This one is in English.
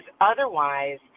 otherwise